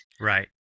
Right